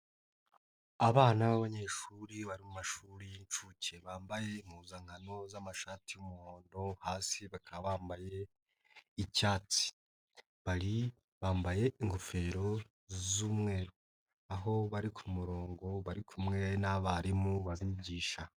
Abana b'abanyeshuri mu mumashuri y'inshuke bambaye impuzankano z'amashati y'umuhondo hasi bakaba bambaye icyatsi, bari bambaye ingofero z'umweru, aho bari ku murongo bari kumwe n'abarimu babigisha.